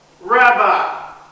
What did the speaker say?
Rabbi